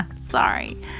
Sorry